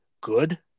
good